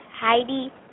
Heidi